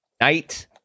night